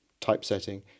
typesetting